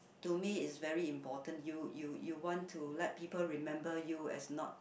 to me is very important you you you want to let people remember you as not